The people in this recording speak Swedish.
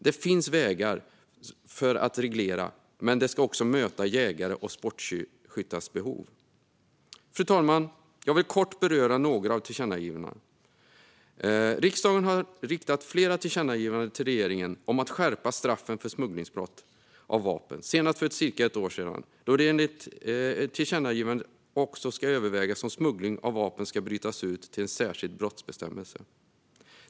Det finns vägar att reglera, men jägares och sportskyttars behov ska också mötas. Fru talman! Jag vill kort beröra några av tillkännagivandena. Riksdagen har riktat flera tillkännagivanden till regeringen om att skärpa straffen för smugglingsbrott av vapen. Senast skedde det för cirka ett år sedan, då det enligt tillkännagivandet också skulle övervägas om smuggling av vapen ska brytas ut till en särskild brottsbestämmelse.